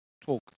talk